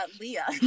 Leah